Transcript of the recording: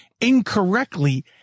incorrectly